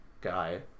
guy